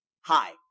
Hi